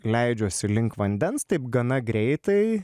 leidžiuosi link vandens taip gana greitai